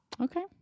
Okay